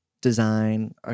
design